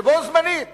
ובו זמנית